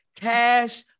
Cash